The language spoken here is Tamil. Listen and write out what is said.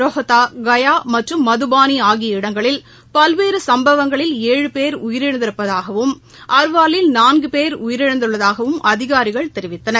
ரோத்தஸ் கயா மற்றும் மதுபானி ஆகிய இடங்களில் பல்வேறு சம்பவங்களில் ஏழு பேர் உயிரிழந்திருப்பதாகவும் அர்வாலில் நான்கு பேர் உயிரிழந்துள்ளதாகவும் அதிகாரிகள் தெரிவித்தனர்